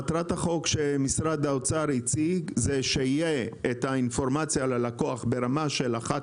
מטרת החוק שמשרד האוצר הציג זה שיהיה את האינפורמציה ללקוח ברמה של אחת